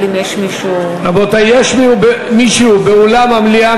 האם יש מישהו באולם המליאה,